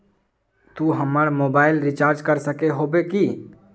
तू हमर mobile recharge कर सके होबे की?